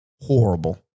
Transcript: horrible